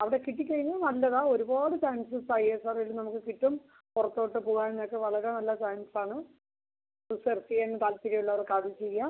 അവിടെ കിട്ടി കഴിഞ്ഞാൽ നല്ലതാണ് ഒരുപാട് ചാൻസസ് ഐ എസ്ഒ ആർ ഓയിൽ നമുക്ക് കിട്ടും പുറത്തോട്ട് പോവാൻ ഒക്കെ വളരെ നല്ല ചാൻസാണ് റിസെർച്ച് ചെയ്യാൻ താൽപ്പര്യം ഉള്ളവർക്ക് അത് ചെയ്യാം